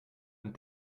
and